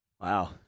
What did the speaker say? wow